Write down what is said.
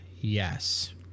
yes